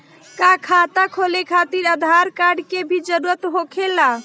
का खाता खोले खातिर आधार कार्ड के भी जरूरत होखेला?